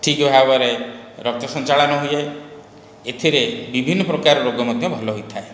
ଠିକ ଭାବରେ ରକ୍ତ ସଞ୍ଚାଳନ ହୁଏ ଏଥିରେ ବିଭିନ୍ନ ପ୍ରକାର ରୋଗ ମଧ୍ୟ ଭଲ ହୋଇଥାଏ